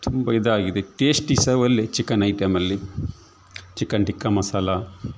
ತುಂಬ ಇದಾಗಿದೆ ಟೇಶ್ಟಿ ಸಹ ಒಳ್ಳೆ ಚಿಕನ್ ಐಟಮಲ್ಲಿ ಚಿಕನ್ ಟಿಕ್ಕ ಮಸಾಲ